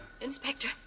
Inspector